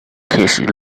kids